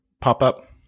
pop-up